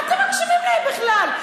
מה אתם מקשיבים להם בכלל?